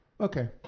Okay